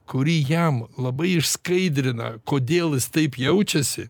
kuri jam labai išskaidrina kodėl jis taip jaučiasi